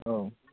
औ